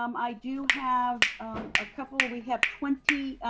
um i do have a couple, we have twenty.